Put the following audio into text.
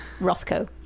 Rothko